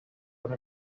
when